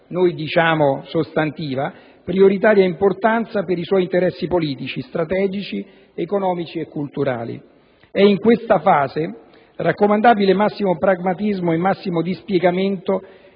noi diciamo sostantiva - prioritaria importanza per i suoi interessi politici, strategici, economici e culturali. È in questa fase raccomandabile massimo pragmatismo e massimo dispiegamento